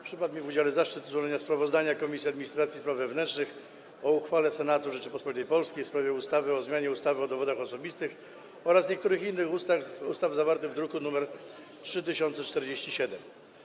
Przypadł mi w udziale zaszczyt złożenia sprawozdania Komisji Administracji i Spraw Wewnętrznych o uchwale Senatu Rzeczypospolitej Polskiej w sprawie ustawy o zmianie ustawy o dowodach osobistych oraz niektórych innych ustaw, druk nr 3047.